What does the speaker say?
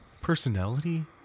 Personality